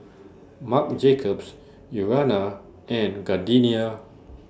Marc Jacobs Urana and Gardenia